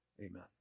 Amen